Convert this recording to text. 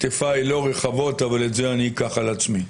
כתפיי לא רחבות אבל את זה אני אקח על עצמי.